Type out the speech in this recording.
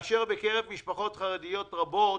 בקרב משפחות חרדיות רבות